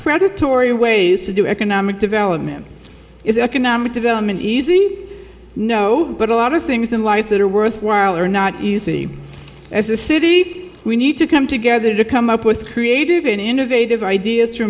predatory ways to do economic development is economic development no but a lot of things in life that are worthwhile are not easy as a city we need to come together to come up with creative and innovative ideas